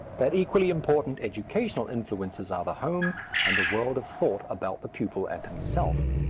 that equally important educational influences are the home and the world of thought about the pupil and himself.